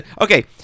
Okay